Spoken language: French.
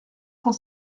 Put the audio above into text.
cent